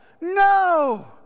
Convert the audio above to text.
no